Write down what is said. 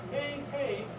maintain